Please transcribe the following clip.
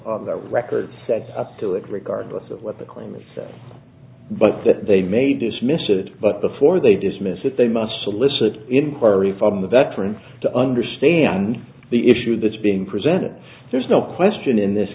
on the record that's up to it regardless of what the claim itself but that they may dismiss it but before they dismiss it they must solicit inquiry from the veteran to understand the issue that's being presented there's no question in this